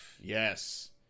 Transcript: Yes